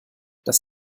das